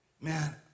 Man